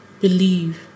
believe